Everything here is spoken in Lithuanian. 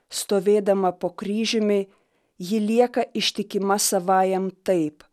stovėdama po kryžiumi ji lieka ištikima savajam taip